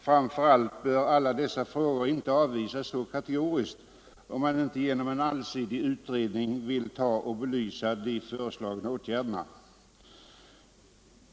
Framför allt bör alla dessa frågor inte avvisas så kategoriskt, såvida man inte genom en allsidig utredning vill belysa de föreslagna åtgärderna.